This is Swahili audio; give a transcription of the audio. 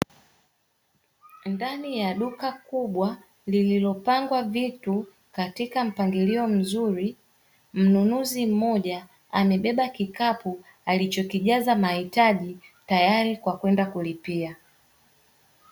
Ndani ya duka kubwa lilipangwa vitu katika mpangilio mzuri, mnunuzi mmoja amebeba kikapu alichokijaza mahitaji tayari kwa kwenda kulipia.